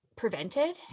prevented